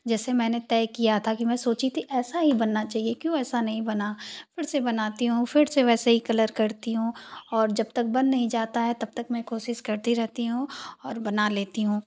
जैसे मैंने तय किया था कि मै सोची थी ऐसा ही बनना चाहिये क्यों ऐसा नहीं बना फ़िर से बनाती हूँ फ़िर से वैसे ही कलर करती हूँ और जब तक बन नहीं जाता है तब तक मैं कोशिश करती रहती हूँ और बना लेती हूँ